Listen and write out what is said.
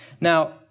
Now